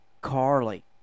Carly